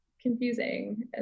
confusing